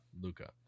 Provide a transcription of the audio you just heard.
Luca